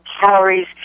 calories